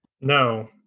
no